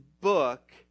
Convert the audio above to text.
book